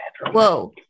Whoa